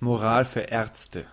moral für ärzte